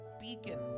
beacon